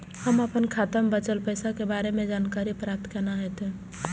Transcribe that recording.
हम अपन खाता में बचल पैसा के बारे में जानकारी प्राप्त केना हैत?